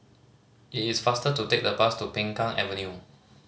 it is faster to take the bus to Peng Kang Avenue